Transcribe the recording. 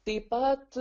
taip pat